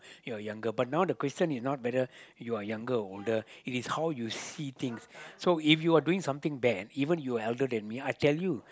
you're younger but now the question is now whether you are younger or older it is how you see things so if you're doing something bad even you are elder than me I tell you